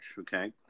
okay